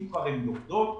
אם הן נופלות,